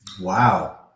Wow